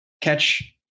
catch